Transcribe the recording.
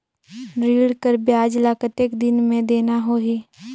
ऋण कर ब्याज ला कतेक दिन मे देना होही?